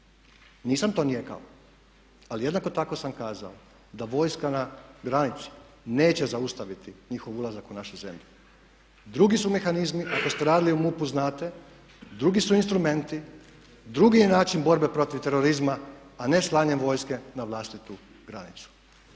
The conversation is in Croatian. Nisam to nijekao. Ali jednako tako sam kazao da vojska na granici neće zaustaviti njihov ulazak u našu zemlju. Drugi su mehanizmi, ako ste radili u MUP-u znate, drugi su instrumenti, drugi je način borbe protiv terorizma a ne slanjem vojske na vlastitu granicu.